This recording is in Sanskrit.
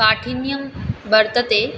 काठिन्यं वर्तते